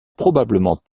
probablement